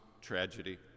tragedy